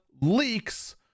leaks